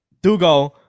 Dugo